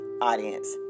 audience